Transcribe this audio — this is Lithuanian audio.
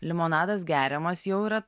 limonadas geriamas jau yra